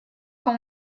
com